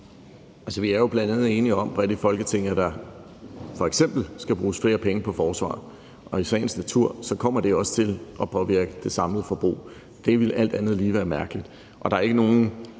Vi er jo bredt i Folketinget bl.a. enige om, at der f.eks. skal bruges flere penge på forsvaret, og i sagens natur kommer det også til at påvirke det samlede forbrug; andet ville alt andet lige være mærkeligt.